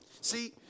See